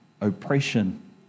oppression